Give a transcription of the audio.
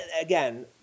Again